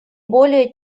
более